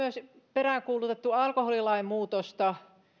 peräänkuulutettu myös alkoholilainmuutosta